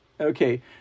okay